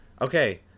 Okay